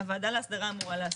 הוועדה להסדרה אמורה לעשות.